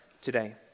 today